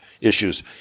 issues